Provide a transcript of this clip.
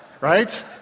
Right